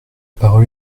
parole